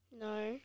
No